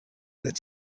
that